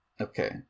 Okay